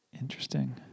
Interesting